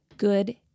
good